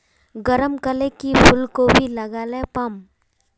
गरम कले की फूलकोबी लगाले पाम?